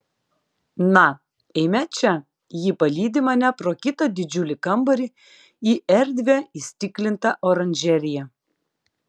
na eime čia ji palydi mane pro kitą didžiulį kambarį į erdvią įstiklintą oranžeriją